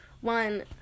one